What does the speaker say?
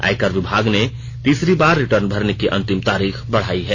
आयकर विभाग ने तीसरी बार रिटर्न भरने की अंतिम तारीख बढ़ाई है